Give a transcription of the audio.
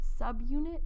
subunit